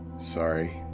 Sorry